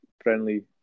friendly